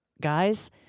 guys